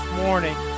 morning